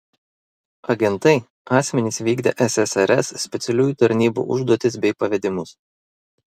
agentai asmenys vykdę ssrs specialiųjų tarnybų užduotis bei pavedimus